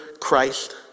Christ